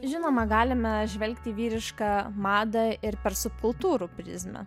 žinoma galime žvelgti į vyriška mada ir per subkultūrų prizmę